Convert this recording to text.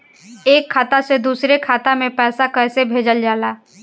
एक खाता से दुसरे खाता मे पैसा कैसे भेजल जाला?